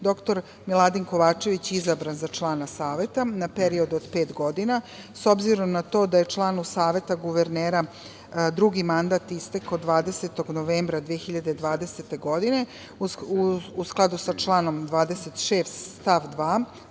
dr Miladin Kovačević izabran za člana Saveta na period od pet godina. S obzirom na to da je članu Saveta guvernera drugi mandat istekao 20. novembra 2020. godine, u skladu sa članom 26. stav 2.